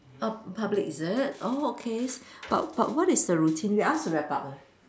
oh public is it oh okays but but what is the routine you ask to wrap up ah